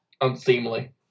unseemly